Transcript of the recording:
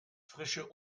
frische